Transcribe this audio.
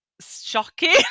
shocking